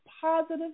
positive